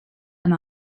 and